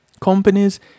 Companies